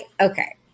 okay